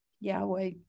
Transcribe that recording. Yahweh